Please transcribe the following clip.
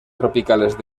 tropicales